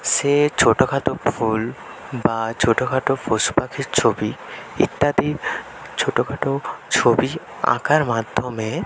সে ছোটো খাটো ফুল বা ছোটো খাটো পশু পাখির ছবি ইত্যাদির ছোটো খাটো ছবি আঁকার মাধ্যমে